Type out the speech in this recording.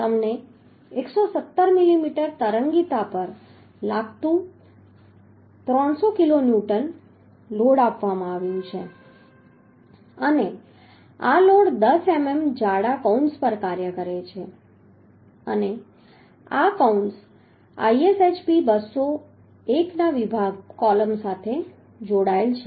તમને 170 મિલીમીટરની તરંગીતા પર લાગતુ 300 કિલોન્યુટન લોડ આપવામાં આવ્યું છે અને આ લોડ 10 મીમી જાડા કૌંસ પર કાર્ય કરે છે અને આ કૌંસ ISHB 200 I વિભાગ કૉલમ સાથે જોડાયેલ છે